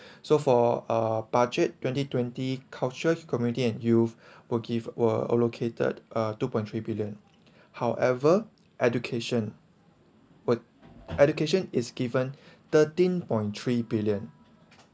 so for a budget twenty twenty culture community and youth were give were allocated uh two point three billion however education were education is given thirteen point three billion